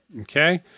okay